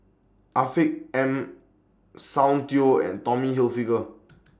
Afiq M Soundteoh and Tommy Hilfiger